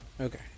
Okay